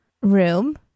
room